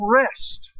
rest